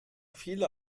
viele